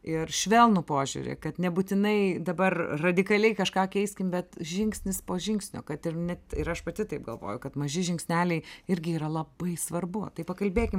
ir švelnų požiūrį kad nebūtinai dabar radikaliai kažką keiskim bet žingsnis po žingsnio kad ir net ir aš pati taip galvoju kad maži žingsneliai irgi yra labai svarbu tai pakalbėkim